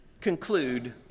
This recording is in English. conclude